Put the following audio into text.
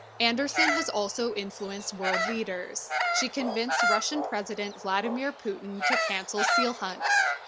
anderson has also influenced world leaders. she convinced russian president vladimir putin to cancel seal hunts.